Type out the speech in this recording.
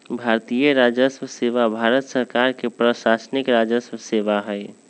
भारतीय राजस्व सेवा भारत सरकार के प्रशासनिक राजस्व सेवा हइ